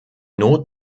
not